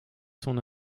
son